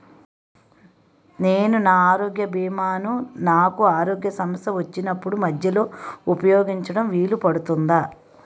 నేను నా ఆరోగ్య భీమా ను నాకు ఆరోగ్య సమస్య వచ్చినప్పుడు మధ్యలో ఉపయోగించడం వీలు అవుతుందా?